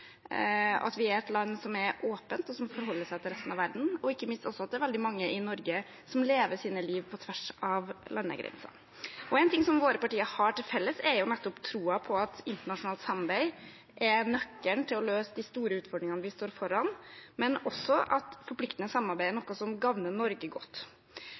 at vi er et land som er åpent, og som må forholde seg til resten av verden, ikke minst også at det er veldig mange i Norge som lever sitt liv på tvers av landegrenser. En ting som våre partier har til felles, er troen på at internasjonalt samarbeid er nøkkelen til å løse de store utfordringene vi står overfor, men også at forpliktende samarbeid også er noe som tjener Norge godt.